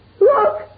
Look